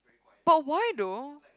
but why though